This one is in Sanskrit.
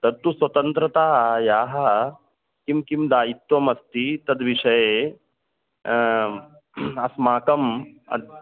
तत्तु स्वतन्त्रतायाः किं किं दायित्वमस्ति तद्विषये अस्माकम् अद्